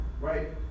right